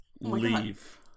leave